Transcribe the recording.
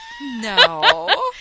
No